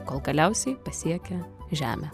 kol galiausiai pasiekia žemę